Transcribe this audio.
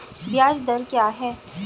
ब्याज दर क्या है?